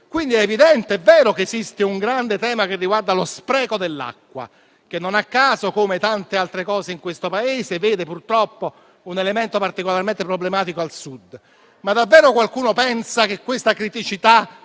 quindi evidente e vero che esiste un grande tema che riguarda lo spreco dell'acqua, che non a caso, come tante altre cose in questo Paese, vede purtroppo un elemento particolarmente problematico al Sud. Davvero, però, qualcuno pensa che questa criticità